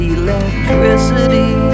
electricity